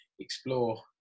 Explore